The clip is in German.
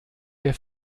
der